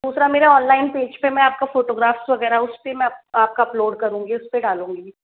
दूसरा मेरा online page पे मैं आपका फोटोग्राफ्स वगैरह उसपे मैं आपका अपलोड करूँगी उस पे डालूंगी